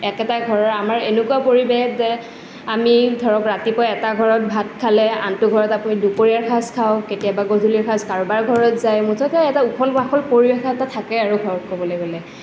একেটা ঘৰত আমাৰ এনেকুৱা পৰিৱেশ যে আমি ধৰক ৰাতিপুৱা এটা ঘৰত ভাত খালে আনটো ঘৰত আমি দুপৰীয়াৰ সাজ খাওঁ কেতিয়াবা গধূলীৰ সাজ কাৰোবাৰ ঘৰত যায় মুঠতে এটা উখল মাখল পৰিৱেশ এটা থাকে আৰু ঘৰত ক'বলৈ গ'লে